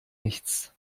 nichts